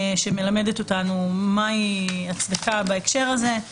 שמלמדת אותנו מהי הצדקה בהקשר הזה.